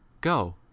Go